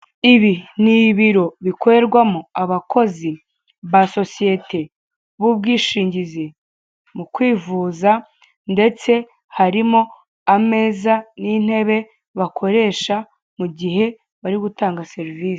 Ibi ni ibiro bikorerwamo abakozi ba sosiyete b'ubwishingizi mu kwivuza ndetse harimo ameza n'intebe bakoresha mu gihe bari gutanga serivise.